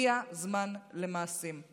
הגיע זמן למעשים.